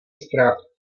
strach